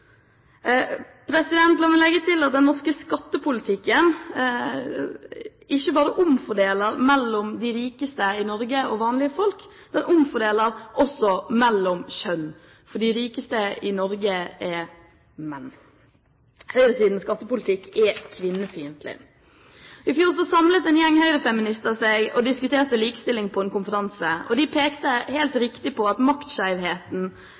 La meg legge til at den norske skattepolitikken ikke bare omfordeler mellom de rikeste i Norge og vanlige folk. Den omfordeler også mellom kjønn, for de rikeste i Norge er menn. Høyresidens skattepolitikk er kvinnefiendtlig. I fjor samlet en gjeng høyrefeminister seg og diskuterte likestilling på en konferanse. De pekte, helt riktig, på maktskjevheten i det «likestilte» Norge, at